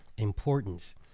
importance